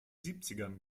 siebzigern